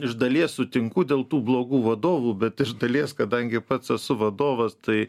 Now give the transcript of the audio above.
iš dalies sutinku dėl tų blogų vadovų bet iš dalies kadangi pats esu vadovas tai